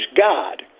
God